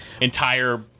entire